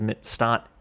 start